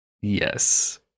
Yes